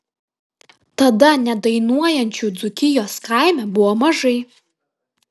tada nedainuojančių dzūkijos kaime buvo mažai